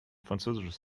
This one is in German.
französisches